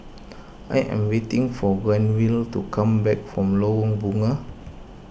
I am waiting for Granville to come back from Lorong Bunga